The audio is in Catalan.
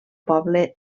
poble